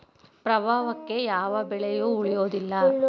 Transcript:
ಪ್ರವಾಹಕ್ಕೆ ಯಾವ ಬೆಳೆಯು ಉಳಿಯುವುದಿಲ್ಲಾ